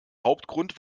hauptgrund